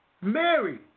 Mary